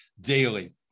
daily